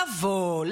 לבוא,